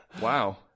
Wow